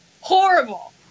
horrible